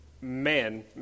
man